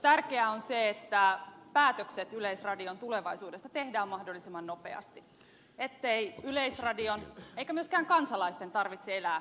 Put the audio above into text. tärkeää on se että päätökset yleisradion tulevaisuudesta tehdään mahdollisimman nopeasti ettei yleisradion eikä myöskään kansalaisten tarvitse elää epävarmuudessa